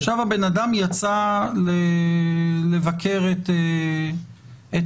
הבן אדם יצא לבקר את משפחתו,